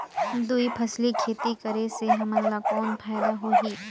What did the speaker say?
दुई फसली खेती करे से हमन ला कौन फायदा होही?